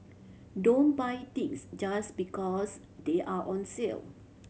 don't buy things just because they are on sale